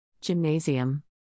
gymnasium